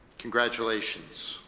congratulations.